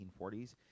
1940s